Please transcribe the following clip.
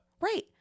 Right